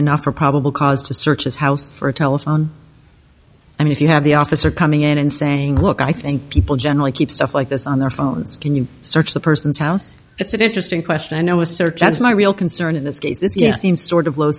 enough for probable cause to search his house for a telephone i mean if you have the officer coming in and saying look i think people generally keep stuff like this on their phones can you search the person's house it's an interesting question i know a search that's my real concern in this case this yes seems sort of low